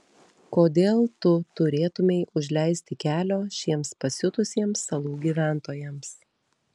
kodėl tu turėtumei užleisti kelio šiems pasiutusiems salų gyventojams